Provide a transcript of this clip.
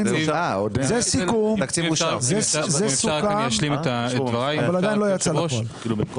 זה סיכום אבל עדיין לא יצא לפועל.